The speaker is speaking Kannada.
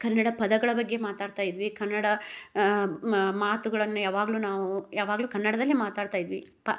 ಕನ್ನಡ ಪದಗಳ ಬಗ್ಗೆ ಮಾತಾಡ್ತಾ ಇದ್ವಿ ಕನ್ನಡ ಮಾತುಗಳನ್ನ ಯವಾಗಲೂ ನಾವು ಯವಾಗಲೂ ಕನ್ನಡದಲ್ಲೇ ಮಾತಾಡ್ತಾ ಇದ್ವಿ ಪ